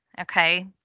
okay